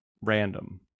random